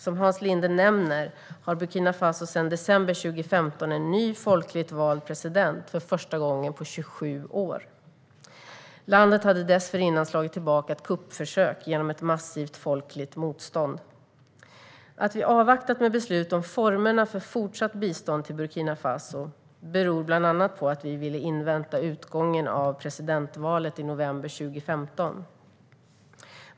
Som Hans Linde nämner har Burkina Faso sedan december 2015 en ny folkligt vald president för första gången på 27 år. Landet hade dessförinnan slagit tillbaka ett kuppförsök genom ett massivt folkligt motstånd. Att vi avvaktat med beslut om formerna för fortsatt bistånd till Burkina Faso beror bland annat på att vi ville invänta utgången av presidentvalet i november 2015.